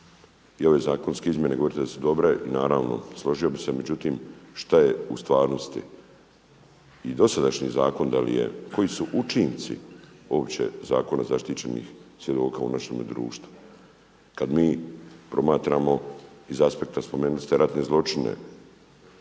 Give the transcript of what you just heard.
i ove zakonske izmjene govorite da su dobre i naravno složio bi se, međutim šta je u stvarnosti i dosadašnji zakon da li je, koji su učinci uopće Zakona zaštićenih svjedoka u našemu društvu kad mi promatramo iz aspekta, spomenuli ste ratne zločine,